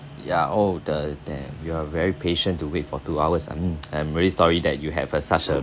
ya oh the there you are very patient to wait for two hours I'm I'm really sorry that you have a such a